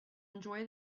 enjoy